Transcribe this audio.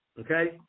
Okay